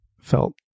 felt